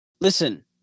listen